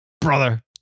brother